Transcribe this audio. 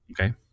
Okay